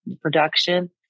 production